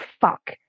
fuck